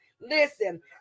Listen